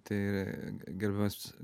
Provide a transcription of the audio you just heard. tai gerbiamas